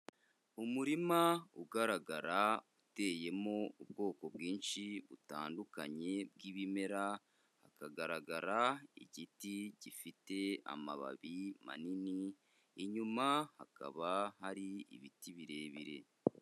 Umurima ugaragara uteyemo ubwoko bwinshi butandukanye bw'ibimera, hakagaragara igiti gifite amababi manini, inyuma hakaba hari ibiti birebire.